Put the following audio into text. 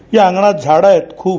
या अंगणात झाड आहेत खूप